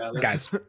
Guys